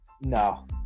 No